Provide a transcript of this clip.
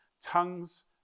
tongues